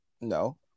No